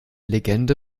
legende